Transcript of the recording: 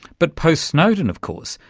but post-snowden of course,